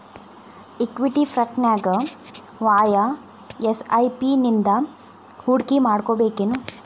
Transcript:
Equity ಫ್ರಂಟ್ನ್ಯಾಗ ವಾಯ SIP ನಿಂದಾ ಹೂಡ್ಕಿಮಾಡ್ಬೆಕೇನು?